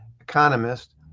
economist